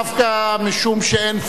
דווקא משום שאין,